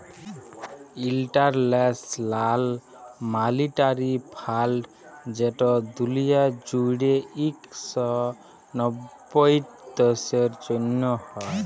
ইলটারল্যাশ লাল মালিটারি ফাল্ড যেট দুলিয়া জুইড়ে ইক শ নব্বইট দ্যাশের জ্যনহে হ্যয়